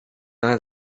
ail